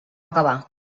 acabà